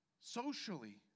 socially